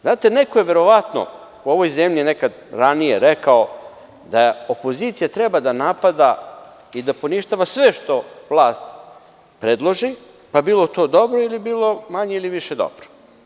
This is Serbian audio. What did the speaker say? Znate, neko je verovatno u ovoj zemlji nekad ranije rekao da opozicija treba da napada i da poništava sve što vlast predloži, pa bilo to dobro ili bilo manje ili više dobro.